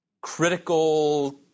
critical